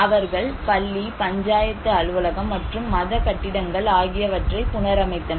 அவர்கள் பள்ளி பஞ்சாயத்து அலுவலகம் மற்றும் மத கட்டிடங்கள் ஆகியவற்றை புனரமைத்தனர்